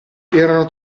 erano